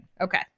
Okay